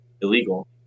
illegal